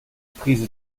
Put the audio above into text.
prise